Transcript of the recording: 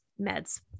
meds